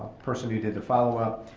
person who did the follow up.